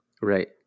Right